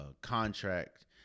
contract